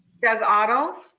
doug otto.